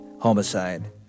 homicide